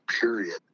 period